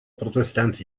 protestants